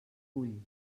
cull